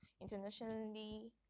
internationally